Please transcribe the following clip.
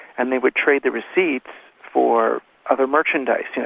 and they would trade the receipts for other merchandise, yeah